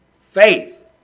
faith